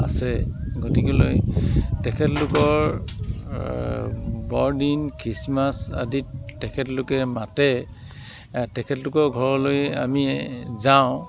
আছে গতিকেলৈ তেখেতলোকৰ বৰদিন খ্ৰীষ্টমাছ আদিত তেখেতলোকে মাতে তেখেতলোকৰ ঘৰলৈ আমি যাওঁ